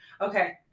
Okay